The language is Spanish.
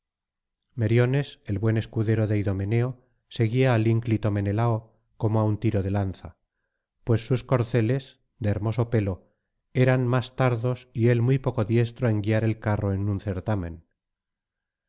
meriones el buen escudero de idomeneo seguía al ínclito menelao como á un tiro de lanza pues sus corceles de hermoso pelo eran más tardos y él muy poco diestro en guiar el carro en un certamen